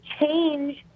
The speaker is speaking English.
change